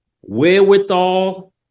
wherewithal